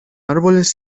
árboles